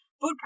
food